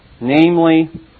namely